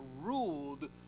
ruled